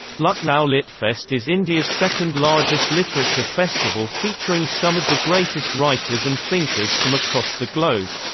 lucknow litfest is india's second largest literature festival featuring some of the greatest writers and thinkers from across the globe.